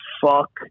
fuck